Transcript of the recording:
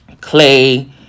Clay